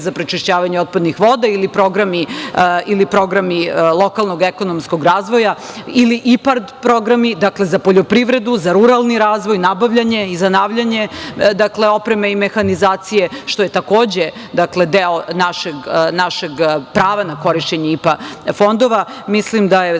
za prečišćavanje otpadnih voda ili programi lokalnog ekonomskog razvoja ili IPARD programi za poljoprivredu, za ruralni razvoj, nabavljanje i zanavljanje opreme i mehanizacije, što je takođe deo našeg prava na korišćenje IPA fondova, mislim da je